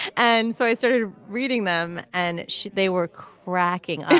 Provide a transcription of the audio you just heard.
and so i started reading them and she they were cracking ah